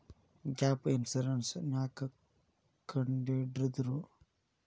Gap insurance ನ್ಯಾಕ್ ಕಂಢಿಡ್ದ್ರು?